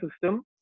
system